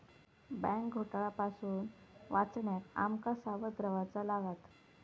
bank घोटाळा पासून वाचण्याक आम का सावध रव्हाचा लागात